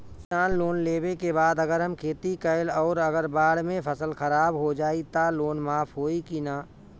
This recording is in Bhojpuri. किसान लोन लेबे के बाद अगर हम खेती कैलि अउर अगर बाढ़ मे फसल खराब हो जाई त लोन माफ होई कि न?